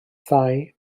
thai